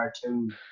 cartoon